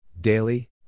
Daily